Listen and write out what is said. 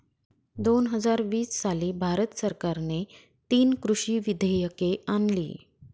दोन हजार वीस साली भारत सरकारने तीन कृषी विधेयके आणली